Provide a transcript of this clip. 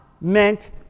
meant